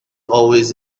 always